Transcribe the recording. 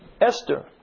Esther